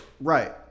Right